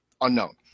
unknown